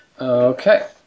Okay